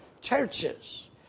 churches